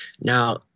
Now